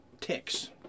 ticks